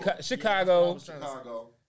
Chicago